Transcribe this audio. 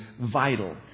vital